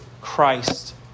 Christ